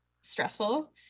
stressful